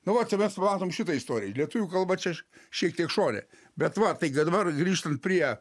nu va čia mes matom šitą istoriją lietuvių kalba čia šiek tiek šone bet va tai kad dabar grįžtant prie